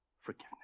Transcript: forgiveness